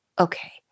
Okay